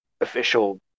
official